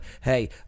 hey